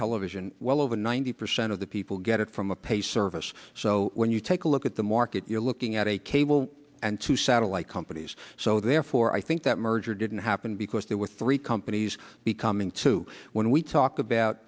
television well over ninety percent of the people get it from a pay service so when you take a look at the market you're looking at a case and two satellite companies so therefore i think that merger didn't happen because there were three companies becoming too when we talk about